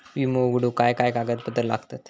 विमो उघडूक काय काय कागदपत्र लागतत?